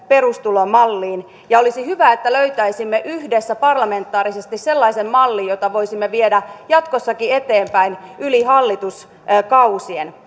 perustulomalliin ja olisi hyvä että löytäisimme yhdessä parlamentaarisesti sellaisen mallin jota voisimme viedä jatkossakin eteenpäin yli hallituskausien